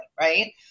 Right